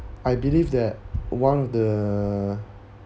I believe that one of the